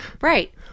right